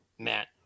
Matt